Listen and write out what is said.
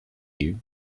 you